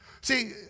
See